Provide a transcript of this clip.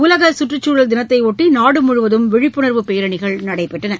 உலகச் சுற்றுச்சூழல் தினத்தையொட்டி நாடு முழுவதும் விழிப்புணர்வு பேரணிகள் நடைபெற்றன